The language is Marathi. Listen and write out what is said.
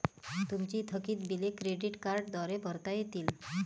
तुमची थकीत बिले क्रेडिट कार्डद्वारे भरता येतील